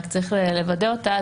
רק צריך לוודא אותה.